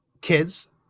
kids